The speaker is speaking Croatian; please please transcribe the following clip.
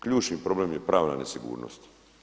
Ključni problem je pravna nesigurnost.